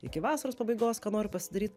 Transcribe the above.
iki vasaros pabaigos ką noriu pasidaryt